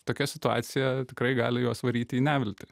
tokia situacija tikrai gali juos varyti į neviltį